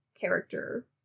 character